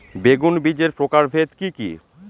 বেগুন বীজের প্রকারভেদ কি কী?